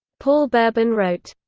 paul berben wrote,